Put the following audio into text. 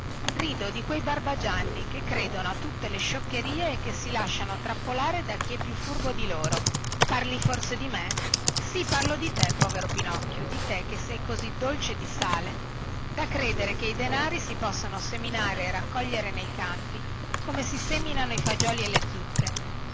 rido di quei barbagianni che credono a tutte le scioccherie e che si lasciano trappolare da chi è più furbo di loro parli forse di me sì parlo di te povero pinocchio di te che sei così dolce di sale da credere che i denari si possano seminare e raccogliere nei campi come si seminano i fagioli e le zucche